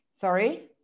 sorry